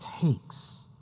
takes